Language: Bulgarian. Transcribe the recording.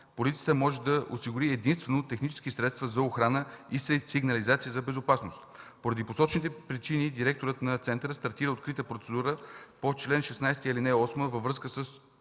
Полицията може да осигури единствено технически средства за охрана и сигнализация за безопасност. Поради посочените причини директорът на центъра стартира открита процедура по чл. 16, ал. 8 във връзка с